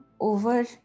over